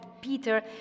Peter